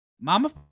Mama